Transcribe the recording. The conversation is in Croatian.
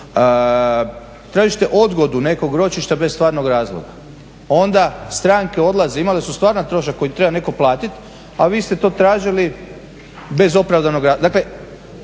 tražite odgodu nekog ročišta bez stvarnog razloga, onda stranke odlaze, imale su stvaran trošak koji treba neko platiti a vi ste to tražili bez opravdanog razloga.